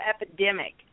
epidemic